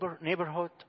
neighborhood